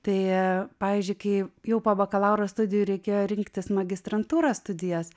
tai pavyzdžiui kai jau po bakalauro studijų reikėjo rinktis magistrantūros studijas